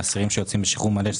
אסירים שיוצאים בשחרור מלא,